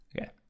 okay